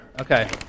Okay